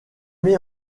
met